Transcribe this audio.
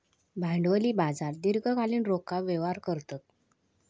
भांडवली बाजार दीर्घकालीन रोखा व्यवहार करतत